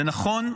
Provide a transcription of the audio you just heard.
זה נכון,